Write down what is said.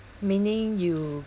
meaning you